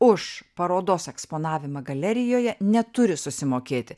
už parodos eksponavimą galerijoje neturi susimokėti